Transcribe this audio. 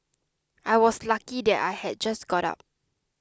I was lucky that I had just got up